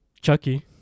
Chucky